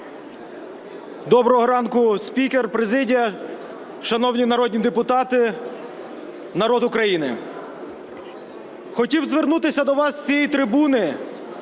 Доброго ранку, спікер, президія! Шановні народні депутати, народ України! Хотів звернутися до вас з цієї трибуни,